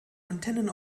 antennen